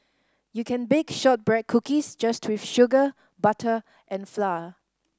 you can bake shortbread cookies just with sugar butter and flour